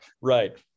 Right